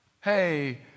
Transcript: Hey